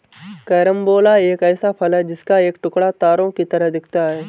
carambola एक ऐसा फल है जिसका एक टुकड़ा तारों की तरह दिखता है